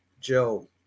Joe